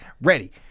ready